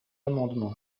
amendement